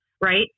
right